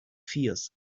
fears